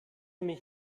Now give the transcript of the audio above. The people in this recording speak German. mich